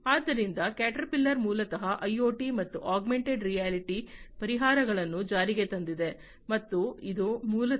ಆದ್ದರಿಂದ ಕ್ಯಾಟರ್ಪಿಲ್ಲರ್ ಮೂಲತಃ ಐಒಟಿ ಮತ್ತು ಆಗ್ಮೆಂಟೆಡ್ ರಿಯಾಲಿಟಿ ಪರಿಹಾರಗಳನ್ನು ಜಾರಿಗೆ ತಂದಿದೆ ಮತ್ತು ಅದು ಮೂಲತಃ ಇಂಡಸ್ಟ್ರಿ 4